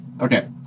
Okay